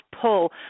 pull